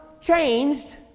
changed